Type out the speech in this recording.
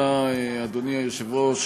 אדוני היושב-ראש,